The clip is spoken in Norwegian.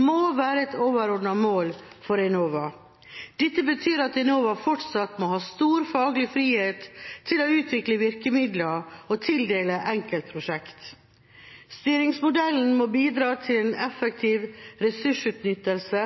må være et overordnet mål for Enova. Dette betyr at Enova fortsatt må ha stor faglig frihet til å utvikle virkemidler og tildele enkeltprosjekter. Styringsmodellen må bidra til effektiv ressursutnyttelse